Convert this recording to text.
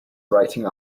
writing